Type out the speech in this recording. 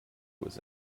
was